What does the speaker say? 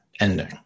ending